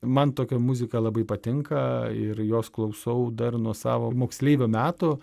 man tokia muzika labai patinka ir jos klausau dar nuo savo moksleivio metų